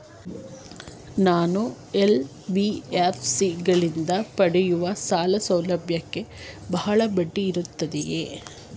ನಾನು ಎನ್.ಬಿ.ಎಫ್.ಸಿ ಗಳಿಂದ ಪಡೆಯುವ ಸಾಲ ಸೌಲಭ್ಯಕ್ಕೆ ಬಹಳ ಬಡ್ಡಿ ಇರುತ್ತದೆಯೇ?